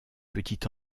petit